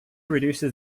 reduces